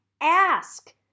ask